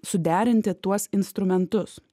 suderinti tuos instrumentus